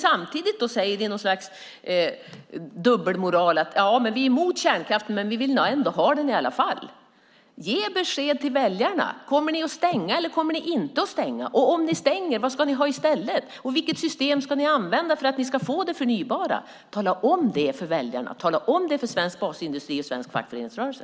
Samtidigt säger ni med något slags dubbelmoral att ni är emot kärnkraften, men ni vill ändå ha den i alla fall. Ge besked till väljarna! Kommer ni att stänga eller kommer ni inte att stänga? Och om ni stänger, vad ska ni ha i stället? Vilket system ska ni använda för att få det förnybara? Tala om det för väljarna! Tala om det för svensk basindustri och svensk fackföreningsrörelse!